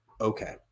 Okay